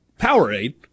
Powerade